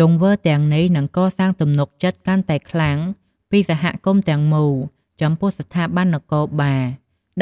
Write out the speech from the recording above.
ទង្វើទាំងអស់នេះនឹងកសាងទំនុកចិត្តកាន់តែខ្លាំងពីសហគមន៍ទាំងមូល ចំពោះស្ថាប័ននគរបាល